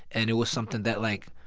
and it was something that, like,